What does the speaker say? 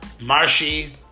Marshy